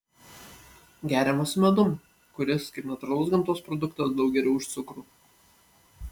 geriamas su medum kuris kaip natūralus gamtos produktas daug geriau už cukrų